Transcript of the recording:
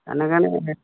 এনেকৈ এনে